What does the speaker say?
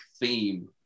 theme